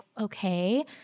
okay